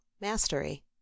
mastery